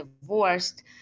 divorced